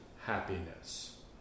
happiness